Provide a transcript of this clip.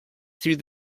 through